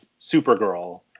Supergirl